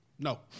No